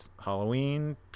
halloween